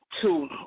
two